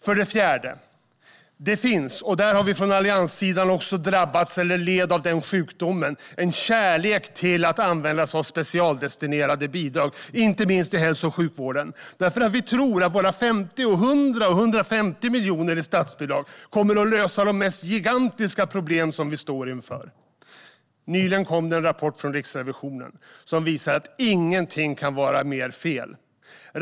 För det fjärde finns det - även vi på allianssidan drabbades eller led av den sjukdomen - en förkärlek för att använda sig av specialdestinerade bidrag, inte minst i hälso och sjukvården, eftersom vi tror att våra 50, 100 och 150 miljoner i statsbidrag kommer att lösa de mest gigantiska problem som vi står inför. Nyligen kom det en rapport från Riksrevisionen som visar att ingenting kan vara mer fel.